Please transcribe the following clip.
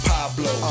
Pablo